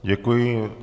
Děkuji.